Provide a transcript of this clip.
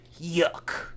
Yuck